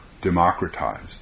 democratized